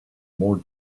more